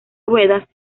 ruedas